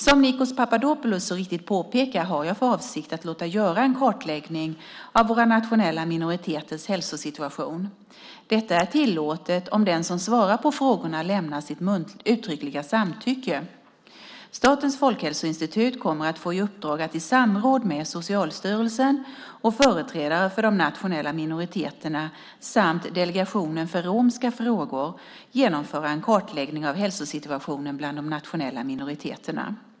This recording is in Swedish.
Som Nikos Papadopoulos så riktigt påpekar har jag för avsikt att låta göra en kartläggning av våra nationella minoriteters hälsosituation. Detta är tillåtet om den som svarar på frågorna lämnar sitt uttryckliga samtycke. Statens folkhälsoinstitut kommer att få i uppdrag att i samråd med Socialstyrelsen och företrädare för de nationella minoriteterna samt Delegationen för romska frågor genomföra en kartläggning av hälsosituationen bland de nationella minoriteterna.